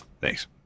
Thanks